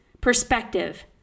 perspective